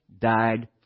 died